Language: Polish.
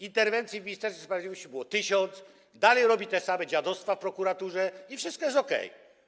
Interwencji w Ministerstwie Sprawiedliwości było tysiąc, nadal robi te same dziadostwa w prokuraturze i wszystko jest okej.